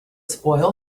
spoil